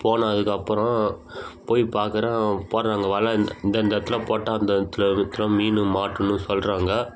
போன அதுக்கப்புறம் போய் பார்க்கறேன் போடுறாங்க வலை இந் இந்த இந்த இடத்துல போட்டால் அந்த இடத்துல இருக்கிற மீன் மாட்டுன்னு சொல்கிறாங்க